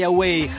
Away